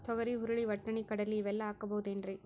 ತೊಗರಿ, ಹುರಳಿ, ವಟ್ಟಣಿ, ಕಡಲಿ ಇವೆಲ್ಲಾ ಹಾಕಬಹುದೇನ್ರಿ?